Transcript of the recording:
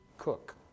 Cook